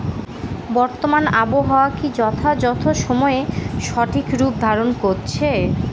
বর্তমানে আবহাওয়া কি যথাযথ সময়ে সঠিক রূপ ধারণ করছে?